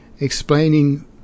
explaining